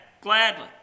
gladly